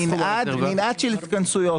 מנעד של התכנסויות.